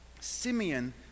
Simeon